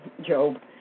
job